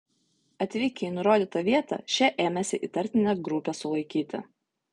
atvykę į nurodytą vietą šie ėmėsi įtartiną grupę sulaikyti